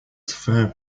fair